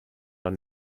are